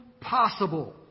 possible